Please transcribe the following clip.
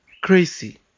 crazy